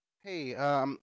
Hey